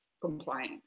compliance